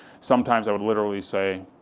sometimes i would literally say,